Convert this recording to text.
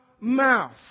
mouth